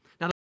Now